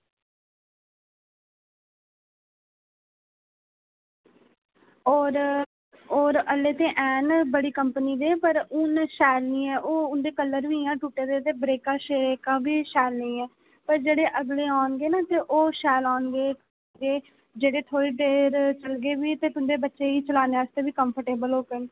होर ऐल्लै ते हैन बड़ी कंपनी दे पर हून ओह् शैल निं ऐ ओह् उं'दे कलर बी हून टुटे दे ब्रेकां बी शैल निं हैन पर जेह्ड़े अगले औनगे ना ओह् शैल आनगे जेह्ड़े थोह्ड़ी देर चलगे बी ते थोह्ड़े बच्चे गी चलाने च बी कंर्फ्टएबल होङन